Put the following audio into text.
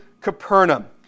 Capernaum